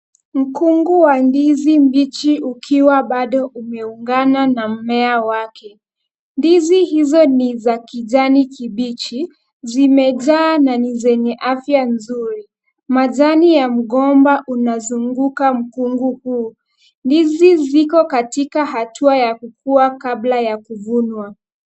Mkungu wa ndizi mbichi ukiwa bado umeungana na mmea wake. Ndizi hizo ni za kijani kibichi, zimejaa na ni zenye afya nzuri. Majani ya mgomba unazunguka mkungu huu. Ndizi ziko katika hatua ya kukua kabla ya kuvunwa.